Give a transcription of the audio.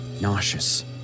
nauseous